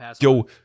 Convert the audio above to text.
Yo